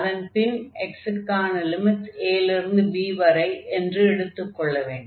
அதன் பின் x க்கான லிமிட்ஸ் a லிருந்து b வரை என்று எடுத்துக் கொள்ளவேண்டும்